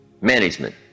management